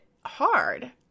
hard